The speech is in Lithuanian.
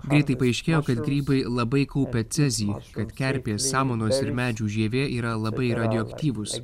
greitai paaiškėjo kad grybai labai kaupia cezį kad kerpės samanos ir medžių žievė yra labai radioaktyvūs